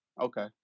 Okay